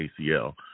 ACL